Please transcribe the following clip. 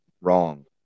wrong